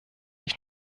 ich